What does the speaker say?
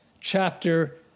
chapter